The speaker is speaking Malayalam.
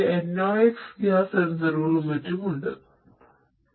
ഞാൻ സൂചിപ്പിച്ച ഈ വ്യത്യസ്ത സെൻസറുകളിൽ ചിലതാണ് കെമിക്കൽ ഡൊമെയ്നും ഗ്യാസ് ഡൊമെയ്നും